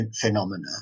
phenomena